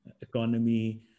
economy